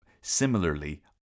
similarly